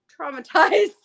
traumatized